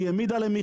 היא העמידה מכרז.